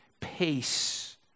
peace